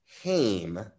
Hame